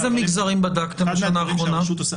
איזה מגזרים בדקתם בשנה האחרונה?